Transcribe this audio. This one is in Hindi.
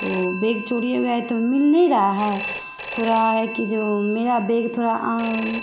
तो बैग चोरी हो गया तो मिल नहीं रहा है थोड़ा है कि जो मेरा बैग थोड़ा